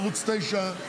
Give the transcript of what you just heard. ערוץ 9,